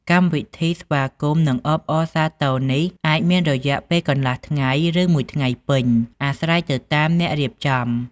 កម្មវិធីស្វាគមន៍៍ និងអបអរសាទរនេះអាចមានរយៈពេលកន្លះថ្ងៃ ឬមួយថ្ងៃពេញ អាស្រ័យទៅតាមអ្នករៀបចំ។